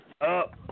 Up